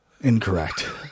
Incorrect